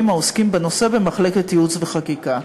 העוסקים בנושא במחלקת ייעוץ וחקיקה.